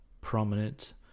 prominent